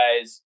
guys